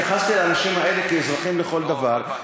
אני התייחסתי אל האנשים האלה כאזרחים לכל דבר,